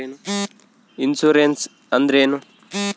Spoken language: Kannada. ಇನ್ಸುರೆನ್ಸ್ ಅಂದ್ರೇನು?